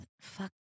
Fuck